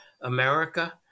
America